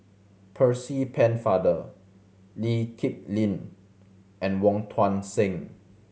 Percy Pennefather Lee Kip Lin and Wong Tuang Seng